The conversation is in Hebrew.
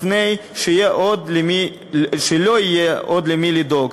לפני שלא יהיה עוד למי לדאוג,